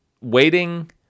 Waiting